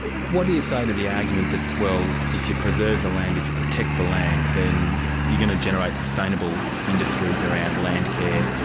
what do you say to the argument that well, if you preserve the land, if you protect the land, then you're going to generate sustainable industries around landcare,